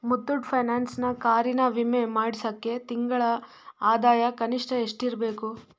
ಮುತ್ತೂಟ್ ಫೈನಾನ್ಸ್ನ ಕಾರಿನ ವಿಮೆ ಮಾಡ್ಸೋಕ್ಕೆ ತಿಂಗಳ ಆದಾಯ ಕನಿಷ್ಠ ಎಷ್ಟಿರಬೇಕು